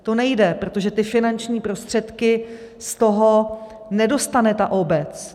To nejde, protože finanční prostředky z toho nedostane ta obec.